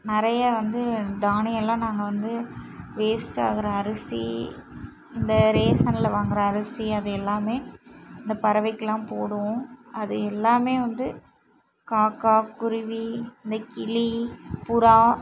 நிறைய வந்து தானியலாம் நாங்கள் வந்து வேஸ்ட்டாகிற அரிசி இந்த ரேசனில் வாங்கிற அரிசி அது எல்லாமே இந்த பறவைக்கலாம் போடுவோம் அது எல்லாமே வந்து காக்கா குருவி அந்த கிளி புறா